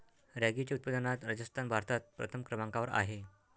रॅगीच्या उत्पादनात राजस्थान भारतात प्रथम क्रमांकावर आहे